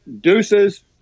deuces